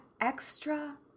extra